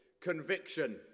Conviction